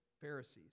Pharisees